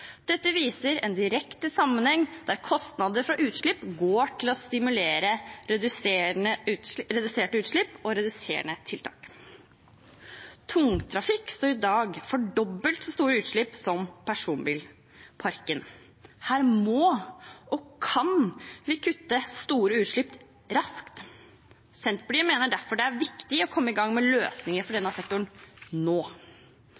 Dette viser en direkte sammenheng der kostnader fra utslipp går til å stimulere til reduserte utslipp og reduserende tiltak. Tungtrafikk står i dag for dobbelt så store utslipp som personbilparken. Her må og kan vi kutte store utslipp raskt. Senterpartiet mener derfor det er viktig å komme i gang med løsninger for denne sektoren nå.